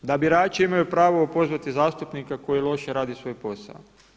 Da birači imaju pravo opozvati zastupnika koji loše radi svoj posao.